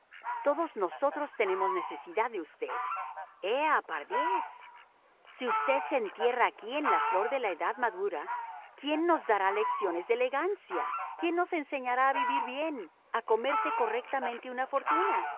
todos nosotros tenemos necesidad de usted ea pardiez si usted se entierra aquí en la flor de la edad madura quién nos dará lecciones de elegancia quién nos enseñará a vivir bien a comerse correctamente una fortuna